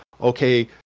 okay